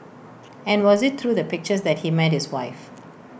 and was IT through the pictures that he met his wife